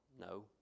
No